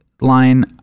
line